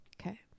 Okay